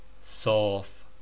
soft